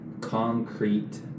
concrete